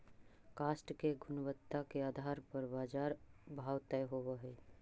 काष्ठ के गुणवत्ता के आधार पर बाजार भाव तय होवऽ हई